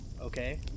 Okay